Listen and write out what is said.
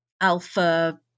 alpha